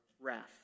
wrath